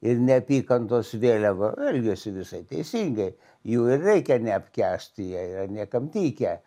ir neapykantos vėliava elgiasi visai teisingai jų ir reikia neapkęsti jie yra niekam tikę